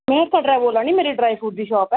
में कटरा दा बोला दी मेरी ड्राई फ्रूट दी शाप ऐ